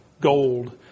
gold